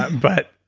but